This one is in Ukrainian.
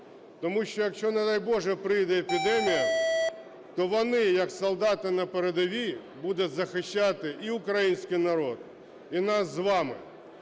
тому що, якщо, не дай Боже, прийде епідемія, то вони, як солдати на передовій, будуть захищати і український народ, і нас з вами.